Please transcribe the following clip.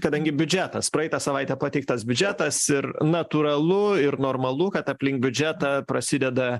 kadangi biudžetas praeitą savaitę pateiktas biudžetas ir natūralu ir normalu kad aplink biudžetą prasideda